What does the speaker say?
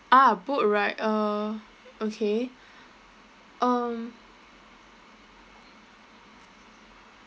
ah boat ride uh okay um